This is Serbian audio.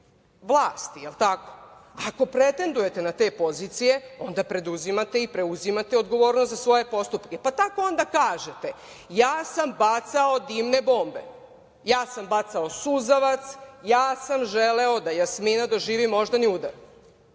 vlasti. Je li tako? Ako pretendujete na te pozicije, onda i preuzimate odgovornost za svoje postupke. Pa tako onda kažete – ja sam bacao dimne bombe, ja sam bacao suzavac, ja sam želeo da Jasmina doživi moždani udar,